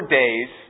days